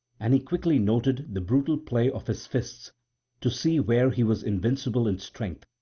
and he quickly noted the brutal play of his fists to see where he was invincible in strength,